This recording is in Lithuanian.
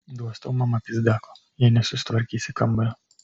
duos tau mama pyzdako jei nesusitvarkysi kambario